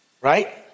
right